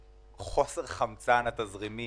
שבאיזון בין לשמור על חיסכון פנסיוני